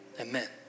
amen